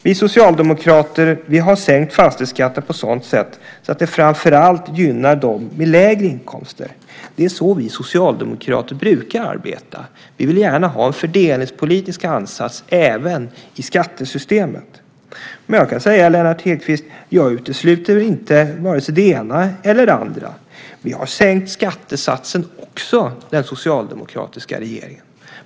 Vi socialdemokrater har sänkt fastighetsskatten på ett sådant sätt att det framför allt gynnar dem med lägre inkomster. Det är så vi socialdemokrater brukar arbeta. Vi vill gärna ha en fördelningspolitisk ansats även i skattesystemet. Men jag kan säga till Lennart Hedquist att jag inte utesluter vare sig det ena eller det andra. Vi i den socialdemokratiska regeringen har sänkt skattesatsen också.